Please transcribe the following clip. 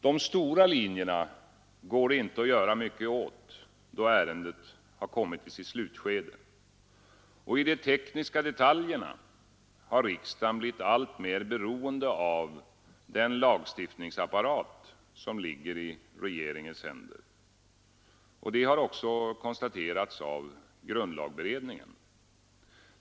De stora linjerna går det inte att göra mycket åt då ärendet kommit till sitt slutskede, och i de teknis detaljerna har riksdagen blivit alltmer beroende av den lagstiftnings apparat som ligger i regeringens händer. Detta har också konstaterats av grundlagberedningen.